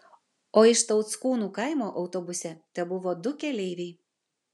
o iš tauckūnų kaimo autobuse tebuvo du keleiviai